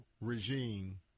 regime